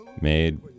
made